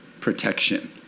protection